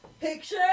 Picture